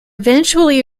eventually